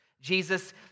Jesus